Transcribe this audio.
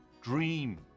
Dream